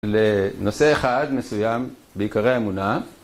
לנושא אחד מסוים בעיקרי אמונה